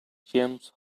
james